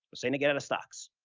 but and getting the stocks.